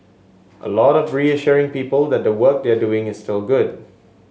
a lot of reassuring people that the work they're doing is still good